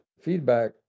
feedback